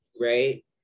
Right